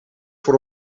voor